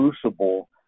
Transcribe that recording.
crucible